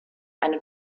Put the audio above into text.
eine